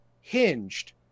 hinged